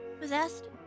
Possessed